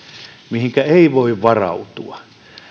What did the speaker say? mihinkä ei voi varautua